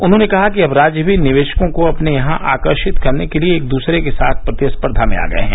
उन्होंने कहा कि अब राज्य भी निवेशकों को अपने यहां आकर्षित करने के लिए एक दूसरे के साथ प्रतिस्पर्द्धा में आ गये हैं